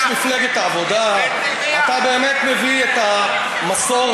איש מפלגת העבודה אתה באמת מביא את המסורת,